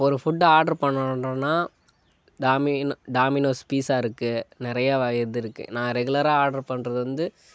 ஒரு food order பண்ணணுன்றனா டாமி டாமினோஸ் பீசா இருக்குது நிறையா இது இருக்குது நான் ரெகுலராக ஆட்ரு பண்ணுறது வந்து